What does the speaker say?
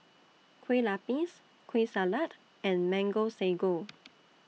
Kueh Lapis Kueh Salat and Mango Sago